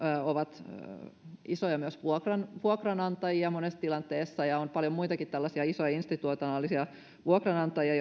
ovat myös isoja vuokranantajia monessa tilanteessa ja on paljon muitakin tällaisia isoja institutionaalisia vuokranantajia